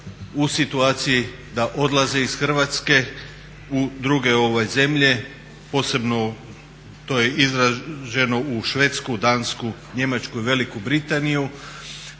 u situaciji da odlaze iz Hrvatske u druge zemlje, posebno to je izraženo u Švedsku, Dansku, Njemačku i Veliku Britaniju.